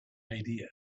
idea